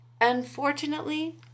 Unfortunately